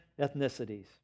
ethnicities